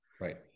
Right